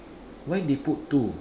why they put two